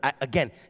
again